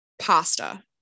pasta